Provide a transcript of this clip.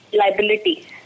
liability